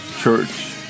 Church